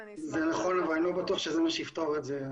ואני אשמח --- זה נכון אבל אני לא בטוח שזה מה שיפתור את זה.